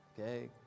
Okay